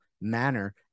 manner